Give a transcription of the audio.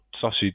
sausage